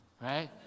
right